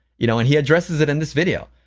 you know, and he addresses it in this video.